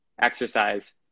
exercise